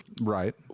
Right